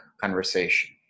conversation